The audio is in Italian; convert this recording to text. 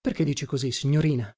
perché dice così signorina